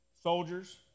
soldiers